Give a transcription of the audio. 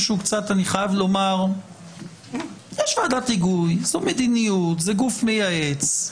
יש ועדת היגוי, זו מדיניות, זה גוף מייעץ,